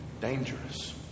dangerous